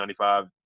95